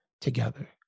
together